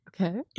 Okay